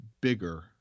bigger